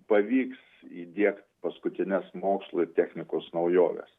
pavyks įdiegt paskutinės mokslo technikos naujoves